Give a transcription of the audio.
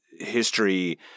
history